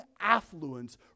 affluence